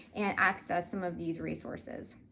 and access some of these resources.